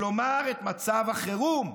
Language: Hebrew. כלומר את מצב החירום.